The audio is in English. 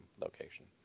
location